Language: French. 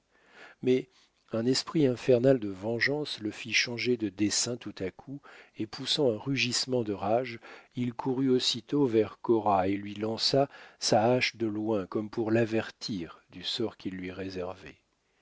mais un esprit infernal de vengeance le fit changer de dessein tout à coup et poussant un rugissement de rage il courut aussitôt vers cora et lui lança sa hache de loin comme pour l'avertir du sort qu'il lui réservait